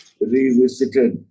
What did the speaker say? revisited